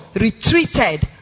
retreated